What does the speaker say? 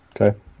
okay